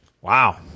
Wow